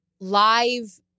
Live